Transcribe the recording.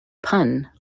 pun